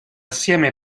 assieme